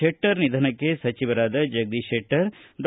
ಶೆಟ್ಟರ್ ನಿಧನಕ್ಕೆ ಸಚಿವರಾದ ಜಗದೀಶ ಶೆಟ್ಟರ್ ಡಾ